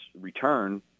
return